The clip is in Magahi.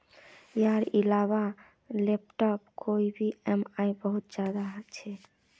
यार इलाबा लैपटॉप पोत ई ऍम आई बहुत ज्यादा छे